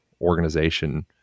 organization